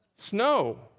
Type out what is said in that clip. Snow